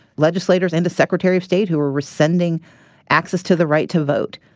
legislators and a secretary of state who are rescinding access to the right to vote.